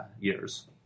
years